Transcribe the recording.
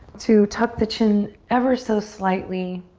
to tuck the chin ever so slightly,